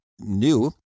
new